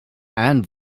and